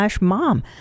mom